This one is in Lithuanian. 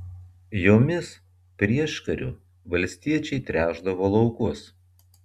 jomis prieškariu valstiečiai tręšdavo laukus